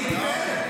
אני הייתי בהלם.